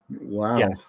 Wow